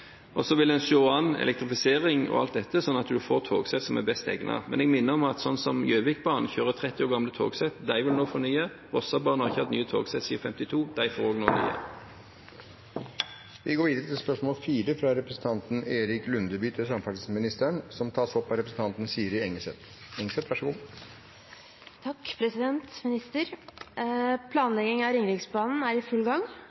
Så vil en se an elektrifisering og alt dette, slik at en får de togsett som er best egnet. Men jeg minner om at f.eks. Gjøvikbanen kjører 30 år gamle togsett. Dem vil vi nå fornye. Vossebanen har ikke hatt nye togsett siden 1952 – de får også nå nye. Dette spørsmålet, fra representanten Erik Lundeby til samferdselsministeren, vil bli tatt opp av representanten Siri Engesæth. «Planleggingen av en ny Ringeriksbane er i full gang,